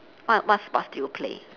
what what sports do you play